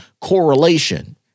correlation